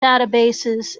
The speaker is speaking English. databases